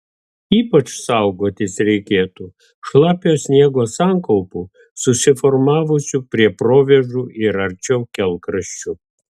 ypač saugotis reikėtų šlapio sniego sankaupų susiformavusių prie provėžų ir arčiau kelkraščių